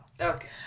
Okay